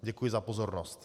Děkuji za pozornost.